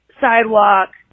sidewalk